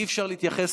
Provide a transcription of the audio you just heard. אי-אפשר להתייחס,